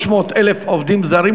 300,000 עובדים זרים,